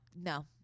no